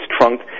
trunk